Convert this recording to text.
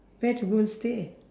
where to go stay